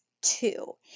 Two